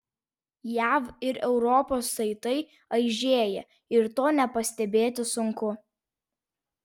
jav ir europos saitai aižėja ir to nepastebėti sunku